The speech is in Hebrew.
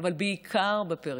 אבל בעיקר בפריפריה.